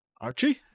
Archie